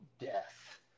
death